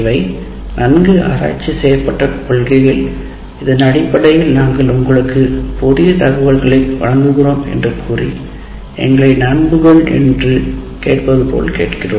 இவை நன்கு ஆராய்ச்சி செய்யப்பட்ட கொள்கைகள் இதனடிப்படையில் நாங்கள் உங்களுக்கு புதிய தகவல்களை வழங்குகிறோம் என்று கூறி எங்களை நம்புங்கள் என்று கேட்பது போல கேட்கிறோம்